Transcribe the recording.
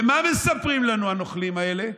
ומה מספרים לנו הנוכלים האלה?